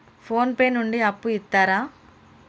Phone pay నుండి అప్పు ఇత్తరా?